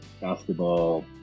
basketball